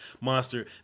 monster